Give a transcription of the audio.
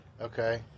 Okay